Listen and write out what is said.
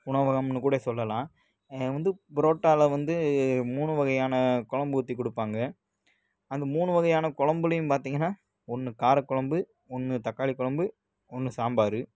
உணவகம்னு கூட சொல்லலாம் வந்து புரோட்டாவில் வந்து மூணு வகையான கொழம்பு ஊற்றி கொடுப்பாங்க அந்த மூணு வகையான கொழம்புலையும் பார்த்தீங்கன்னா ஒன்று கார கொழம்பு ஒன்று தக்காளி கொழம்பு ஒன்று சாம்பார்